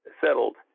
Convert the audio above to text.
settled